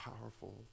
powerful